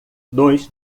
dois